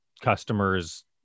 customers